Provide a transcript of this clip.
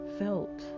felt